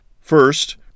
First